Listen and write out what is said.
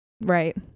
right